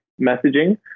messaging